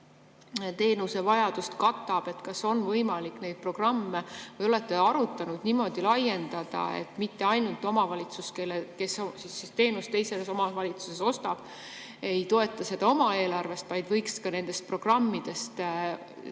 teenusevajadust katab, siis kas on võimalik neid programme niimoodi laiendada, et mitte ainult omavalitsus, kes teenust teises omavalitsuses ostab, ei toeta seda oma eelarvest, vaid võiks ka nendest programmidest teenuse